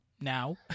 now